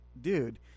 dude